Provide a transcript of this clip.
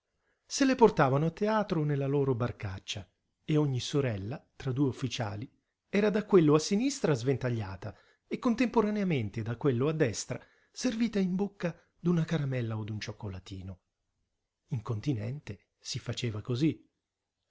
se le portavano a teatro nella loro barcaccia e ogni sorella tra due ufficiali era da quello a sinistra sventagliata e contemporaneamente da quello a destra servita in bocca d'una caramella o d'un cioccolattino in continente si faceva cosí